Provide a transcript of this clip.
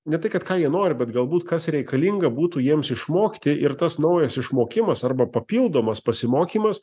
ne tai kad ką ji nori bet galbūt kas reikalinga būtų jiems išmokti ir tas naujas išmokimas arba papildomas pasimokymas